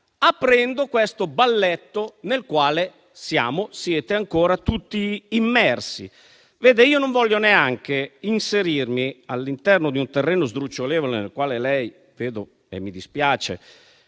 aprendo il balletto nel quale siamo e siete ancora tutti immersi. Non voglio neanche inserirmi all'interno di un terreno sdrucciolevole nel quale vedo che si sta